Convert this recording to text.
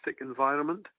environment